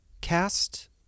Cast